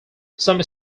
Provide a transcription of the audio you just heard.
some